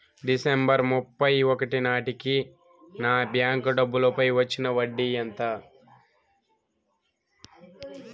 December ముప్పై ఒకటి నాటేకి నా బ్యాంకు డబ్బుల పై వచ్చిన వడ్డీ ఎంత?